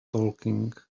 talking